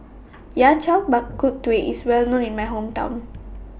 Yao Cai Bak Kut Teh IS Well known in My Hometown